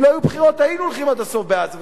אם לא היו בחירות היינו הולכים עד הסוף בעזה.